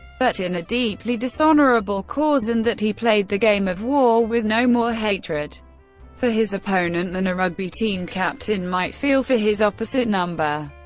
but in a deeply dishonourable cause, and that he played the game of war with no more hatred for his opponent than a rugby team captain might feel for his opposite number.